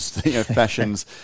fashions